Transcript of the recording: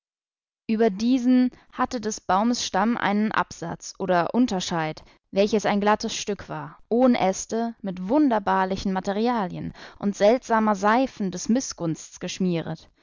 über diesen hatte des baumes stamm einen absatz oder unterscheid welches ein glattes stück war ohn äste mit wunderbarlichen materialien und seltsamer saifen des mißgunsts geschmieret